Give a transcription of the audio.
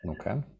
Okay